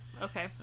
Okay